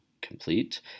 complete